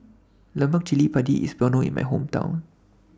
Lemak Cili Padi IS Well known in My Hometown